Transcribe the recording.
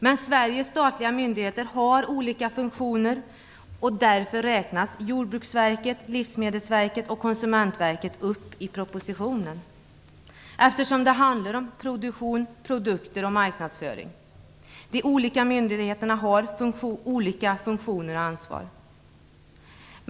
Men Sveriges statliga myndigheter har olika funktioner, och därför räknas Jordbruksverket, Livsmedelsverket och Konsumentverket upp i propositionen. Det handlar ju om produktion, produkter och marknadsföring. De olika myndigheterna har olika funktioner och ansvar.